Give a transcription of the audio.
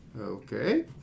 Okay